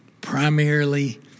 primarily